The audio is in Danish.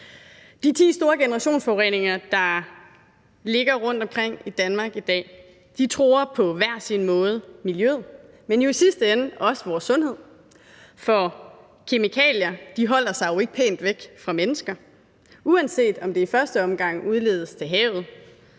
De ti store generationsforureninger, der ligger rundtomkring i Danmark i dag, truer på hver sin måde miljøet, men i sidste ende også vores sundhed, for kemikalier holder sig jo ikke pænt væk fra mennesker, uanset om det i første omgang udledes til havet,